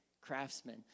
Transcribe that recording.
craftsmen